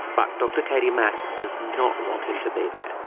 but dr katie mack does not want him to be there.